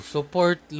Support